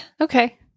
Okay